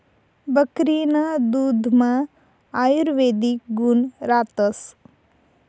बकरीना दुधमा आयुर्वेदिक गुण रातस